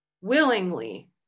willingly